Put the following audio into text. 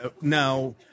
Now